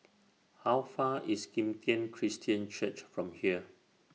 How Far IS Kim Tian Christian Church from here